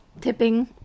tipping